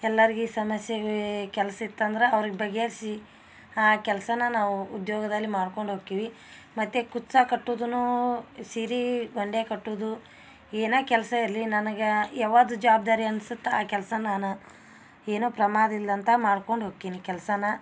ಎಲ್ಲಾರ್ಗು ಈ ಸಮಸ್ಯೆ ಕೆಲ್ಸಿತ್ತಂದ್ರೆ ಅವ್ರ್ಗೆ ಬಗೆಹರ್ಸಿ ಆ ಕೆಲಸನ ನಾವು ಉದ್ಯೋಗದಲ್ಲಿ ಮಾಡ್ಕೊಂಡು ಹೋಕ್ಕಿವಿ ಮತ್ತು ಕುಚ್ಚ ಕಟ್ಟುದುನು ಸೀರಿ ಗೊಂಡೆ ಕಟ್ಟುದು ಏನು ಕೆಲಸ ಇರಲಿ ನನಗೆ ಯಾವುದು ಜವಬ್ದಾರಿ ಅನ್ಸುತ್ತೆ ಆ ಕೆಲಸ ನಾನು ಏನೊ ಪ್ರಮಾದ ಇಲ್ದಂಥ ಮಾಡ್ಕೊಂಡು ಹೋಕ್ಕಿನಿ ಕೆಲಸನ